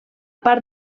part